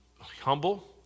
humble